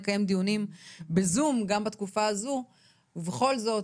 לקיים דיונים גם בזום וגם בתקופה הזו ובכל זאת,